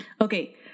Okay